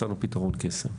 מצאנו פתרון קסם.